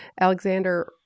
Alexander